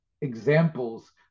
examples